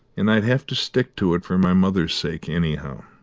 and i'd have to stick to it for my mother's sake, anyhow.